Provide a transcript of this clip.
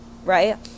right